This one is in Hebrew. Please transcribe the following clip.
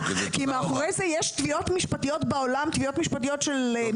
מאחורי זה יש תביעות משפטיות בעולם של מיליארדים.